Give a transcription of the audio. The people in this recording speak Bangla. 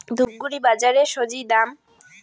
ধূপগুড়ি বাজারের স্বজি দাম?